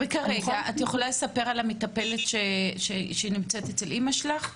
את יכולה לספר על המטפלת שנמצאת אצל אמא שלך?